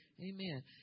Amen